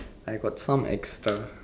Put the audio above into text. I got some extra